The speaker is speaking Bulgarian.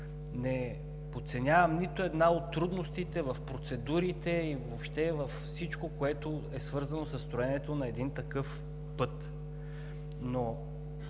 Не подценявам нито една от трудностите в процедурите и въобще във всичко, което е свързано със строенето на един такъв път,